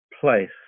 place